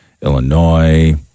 Illinois